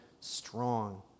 strong